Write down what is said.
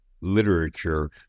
literature